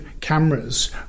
cameras